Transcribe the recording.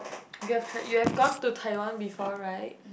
you have you have gone to Taiwan before right